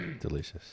delicious